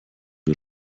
wir